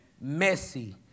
messy